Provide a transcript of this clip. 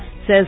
says